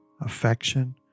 affection